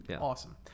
Awesome